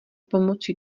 pomocí